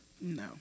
No